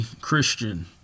Christian